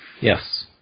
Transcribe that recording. Yes